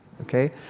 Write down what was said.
okay